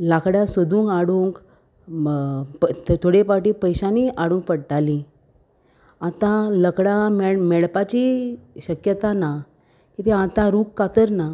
लांकड्या सोदूंक हाडूंक थोडे फावटी पयशांनी हाडूंक पडटाली आतां लांकडां मेळ मेळपाची शक्यता ना की ती आतां रूख कातर ना